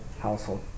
household